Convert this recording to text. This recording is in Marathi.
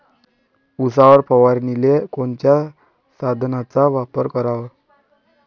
उसावर फवारनीले कोनच्या साधनाचा वापर कराव?